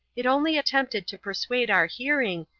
it only attempted to persuade our hearing,